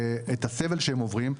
הסבל שהם עוברים,